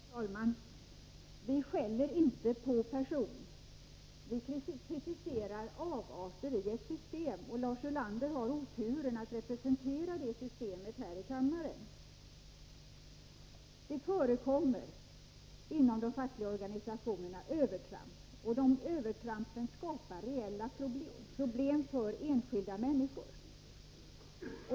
Herr talman! Vi skäller inte på person. Vi kritiserar avarter i ett system, och Lars Ulander har oturen att representera detta system här i kammaren. Det förekommer inom de fackliga organisationerna övertramp, och de övertrampen skapar reella problem, för enskilda människor.